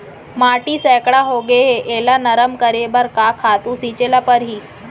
माटी सैकड़ा होगे है एला नरम करे बर का खातू छिंचे ल परहि?